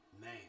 man